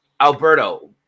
Alberto